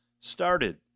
started